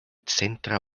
centra